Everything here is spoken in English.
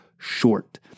short